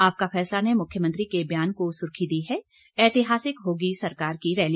आपका फैसला ने मुख्यमंत्री के बयान को सुर्खी दी है ऐतिहासिक होगी सरकार की रैली